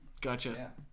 Gotcha